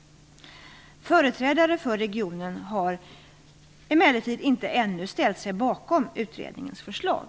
Företrädare för regionen har emellertid inte ännu ställt sig bakom utredningens förslag.